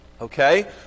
okay